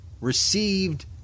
received